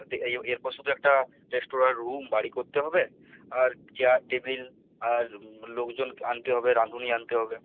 এর এরপর শুধু একটা রেস্তোরাঁ রুম বাড়ি করতে হবে আর চেয়ার টেবিল আর লোকজন আনতে হবে রাঁধুনি আনতে হবে